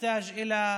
מצריכים הסכמה,